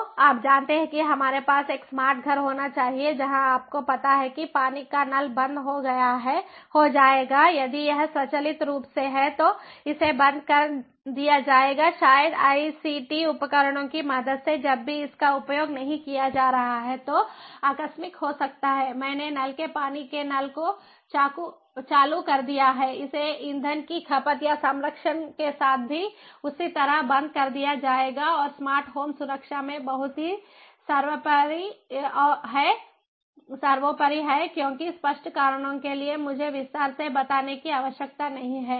तो आप जानते हैं कि हमारे पास एक स्मार्ट घर होना चाहिए जहां आपको पता है कि पानी का नल बंद हो जाएगा यदि यह स्वचालित रूप से है तो इसे बंद कर दिया जाएगा शायद आईसीटी उपकरणों की मदद से जब भी इसका उपयोग नहीं किया जा रहा है तो आकस्मिक हो सकता है मैंने नल के पानी के नल को चालू कर दिया है इसे ईंधन की खपत या संरक्षण के साथ भी उसी तरह बंद कर दिया जाएगा और स्मार्ट होम सुरक्षा में बहुत ही सर्वोपरि है क्योंकि स्पष्ट कारणों के लिए मुझे विस्तार से बताने की आवश्यकता नहीं है